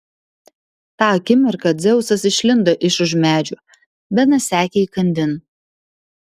tą akimirką dzeusas išlindo iš už medžių benas sekė įkandin